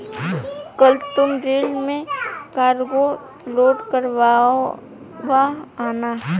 कल तुम रेल में कार्गो लोड करवा आना